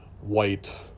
white